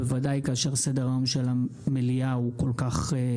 בוודאי כאשר סדר היום של המליאה הוא כל כך עמוס